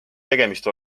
tegemist